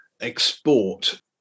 export